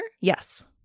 Yes